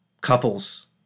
couples